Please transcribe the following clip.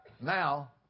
Now